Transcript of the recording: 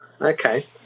Okay